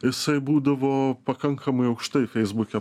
jisai būdavo pakankamai aukštai feisbuke